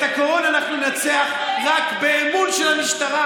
את הקורונה אנחנו ננצח רק באמון במשטרה.